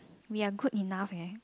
we are good enough eh